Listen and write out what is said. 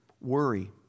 worry